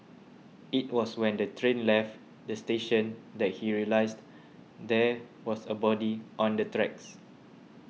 it was when the train left the station that he realised there was a body on the tracks